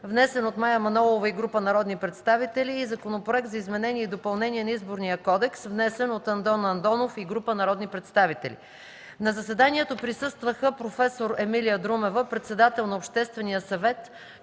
внесен от Мая Манолова и група народни представители, и Законопроект за изменение и допълнение на Изборния кодекс, внесен от Андон Андонов и група народни представители. На заседанието присъстваха проф. Емилия Друмева –председател на Обществения съвет